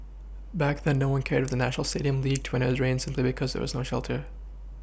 back then no one cared if the national Stadium leaked a drains simply because there was no shelter